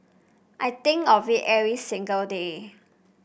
I think of it every single day